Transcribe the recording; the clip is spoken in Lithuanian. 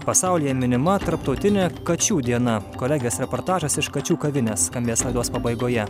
pasaulyje minima tarptautinė kačių diena kolegės reportažas iš kačių kavinės skambės laidos pabaigoje